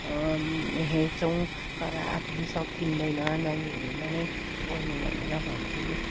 हेर्छौँ तर आफूले सकिँदैन नानीहरूलाई नै गर्नु भनेर भन्छु